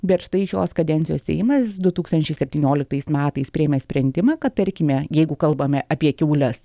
bet štai šios kadencijos seimas du tūkstančiai septynioliktais metais priėmė sprendimą kad tarkime jeigu kalbame apie kiaules